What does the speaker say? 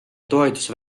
toetuse